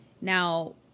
Now